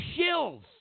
shills